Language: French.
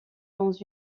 dans